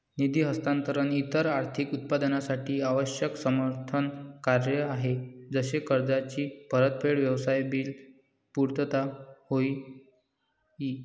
निधी हस्तांतरण इतर आर्थिक उत्पादनांसाठी आवश्यक समर्थन कार्य आहे जसे कर्जाची परतफेड, व्यवसाय बिल पुर्तता होय ई